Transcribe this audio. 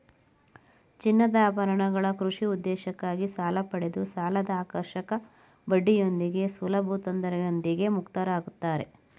ಚಿನ್ನದಆಭರಣ ಕೃಷಿ ಉದ್ದೇಶಕ್ಕಾಗಿ ಸಾಲಪಡೆದು ಸಾಲದಆಕರ್ಷಕ ಬಡ್ಡಿಯೊಂದಿಗೆ ಸುಲಭತೊಂದರೆಯೊಂದಿಗೆ ಮುಕ್ತರಾಗುತ್ತಾರೆ